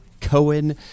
Cohen